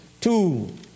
two